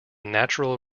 natural